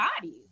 bodies